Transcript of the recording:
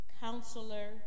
Counselor